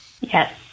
Yes